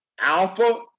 Alpha